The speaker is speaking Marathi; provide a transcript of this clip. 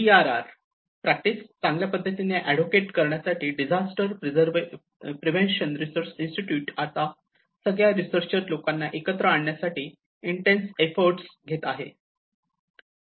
डी आर आर प्रॅक्टिस चांगल्या पद्धतीने एडवोकेट करण्यासाठी डिजास्टर प्रिवेंशन रिसर्च इन्स्टिट्यूट आता सगळ्या रिसर्चर लोकांना एकत्र आणण्यासाठी इंटेन्स एफ्फोर्ट घेत आहे